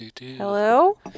Hello